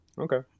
Okay